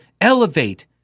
elevate